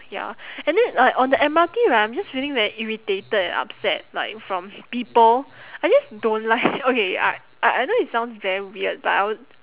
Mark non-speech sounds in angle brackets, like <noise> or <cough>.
ya and then like on the M_R_T right I'm just feeling very irritated and upset like from people I just don't like <laughs> okay I I know it sounds very weird but I would